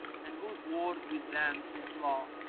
and whose word with them is law,